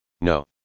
No